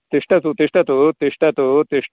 तिष्ठतु तिष्ठतु तिष्ठतु तिष्